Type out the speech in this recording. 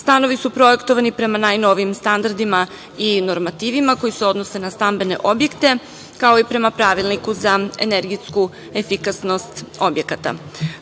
Stanovi su projektovani prema najnovijim standardima i normativima koji se odnose na stambene objekte, kao i prema Pravilniku za energetsku efikasnost objekata. Stanovi